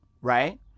right